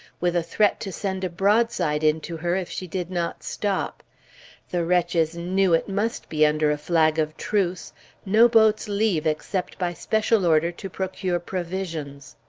with a threat to send a broadside into her if she did not stop the wretches knew it must be under a flag of truce no boats leave, except by special order to procure provisions.